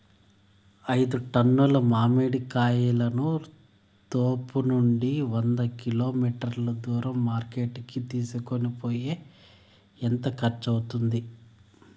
ఐదు టన్నుల మామిడి కాయలను తోపునుండి వంద కిలోమీటర్లు దూరం మార్కెట్ కి తీసుకొనిపోయేకి ఎంత ఖర్చు అవుతుంది?